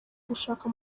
gushaka